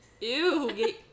Ew